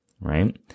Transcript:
right